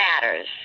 matters